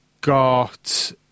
got